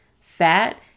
fat